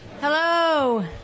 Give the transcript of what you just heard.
Hello